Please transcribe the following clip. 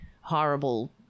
horrible